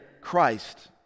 Christ